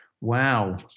Wow